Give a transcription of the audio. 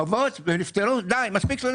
אבות ונפטרו, די, מספיק.